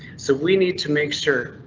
so we need to make sure.